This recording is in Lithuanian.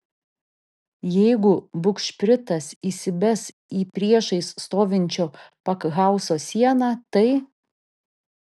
jeigu bugšpritas įsibes į priešais stovinčio pakhauzo sieną tai